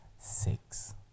six